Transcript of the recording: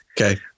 okay